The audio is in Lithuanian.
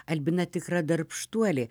albina tikra darbštuolė